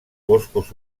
boscos